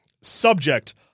Subject